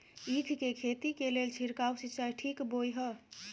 ईख के खेती के लेल छिरकाव सिंचाई ठीक बोय ह?